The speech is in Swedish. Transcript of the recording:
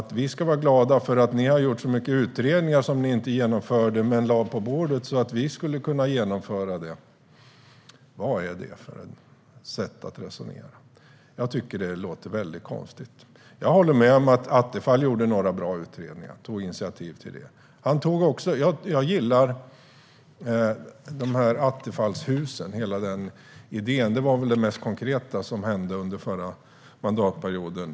Ni ska vara glada för att vi har gjort så många utredningar som vi inte genomförde, men vi lade dem på bordet för att ni skulle kunna genomföra dem. Vad är det för ett sätt att resonera? Jag tycker att det låter väldigt konstigt. Jag håller med om att Attefall tog initiativ till några bra utredningar. Jag gillar hela idén med Attefallshusen. Det var väl det mest konkreta som hände under förra mandatperioden.